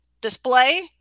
display